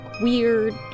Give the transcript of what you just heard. weird